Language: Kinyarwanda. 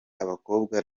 abakobwa